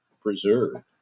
preserved